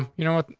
um you know what?